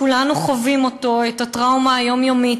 כולנו חווים את הטראומה היומיומית,